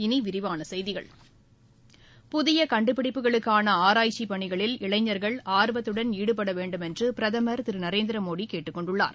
இனி விரிவான செய்திகள் புதிய கண்டுபிடிப்புகளுக்கான ஆராய்ச்சிப் பணிகளில் இளைஞர்கள் ஆர்வத்துடன் ஈடுபட வேண்டுமென்று பிரதம் திரு நரேந்திரமோடி கேட்டுக் கொண்டுள்ளார்